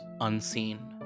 unseen